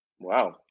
wow